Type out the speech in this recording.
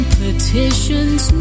petitions